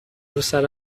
روسر